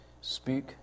speak